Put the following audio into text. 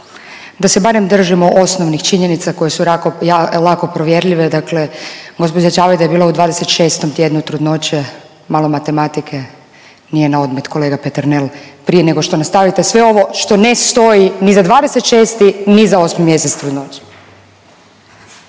da se barem držimo osnovnih činjenica koje su lako provjerljive, dakle gospođa Čavajda je bila u 26. tjednu trudnoće, malo matematike nije na odmet kolega Peternel prije nego što nastavite sve ovo što ne stoji ni za 26 ni za 8 mjesec trudnoće.